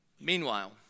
Meanwhile